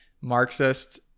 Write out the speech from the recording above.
Marxist